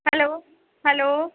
hello hello